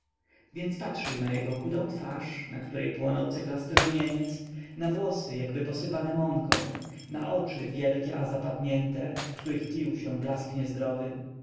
więc patrzył na jego chudą twarz na której płonął ceglasty rumieniec na włosy jakby posypane mąką na oczy wielkie a zapadnięte w których tlił się blask niezdrowy